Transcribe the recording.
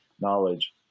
knowledge